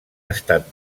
estat